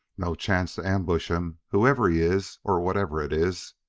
no chance to ambush him, whoever he is or whatever it is,